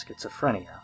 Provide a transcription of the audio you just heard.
schizophrenia